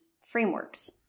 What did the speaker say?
frameworks